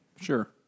Sure